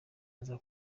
aza